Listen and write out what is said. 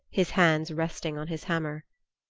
his hands resting on his hammer.